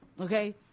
okay